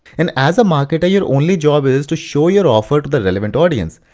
and as a marketer, you're only job is to show your offer to the relevant audience.